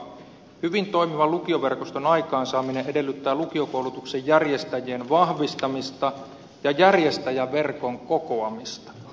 hyvin toimivan lukioverkoston aikaansaaminen edellyttää lukiokoulutuksen järjestäjien vahvistamista ja järjestäjäverkon kokoamista